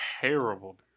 terrible